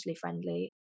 friendly